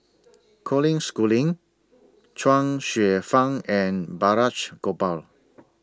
Colin Schooling Chuang Hsueh Fang and Balraj Gopal